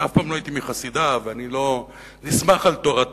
שאף פעם לא הייתי מחסידיו ואני לא נסמך על תורתו,